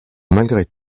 malgré